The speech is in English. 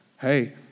Hey